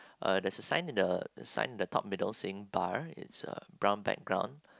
uh there's a sign in the a sign in the top middle saying bar it's a brown background